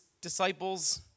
disciples